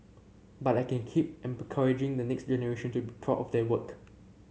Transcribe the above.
but I can keep encouraging the next generation to be proud of their work